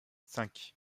cinq